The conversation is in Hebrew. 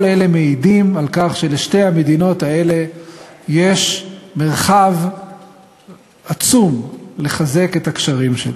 כל אלה מעידים על כך שלשתי המדינות האלה יש מרחב עצום לחיזוק הקשרים.